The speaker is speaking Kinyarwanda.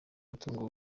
umutungo